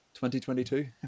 2022